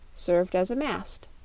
served as a mast.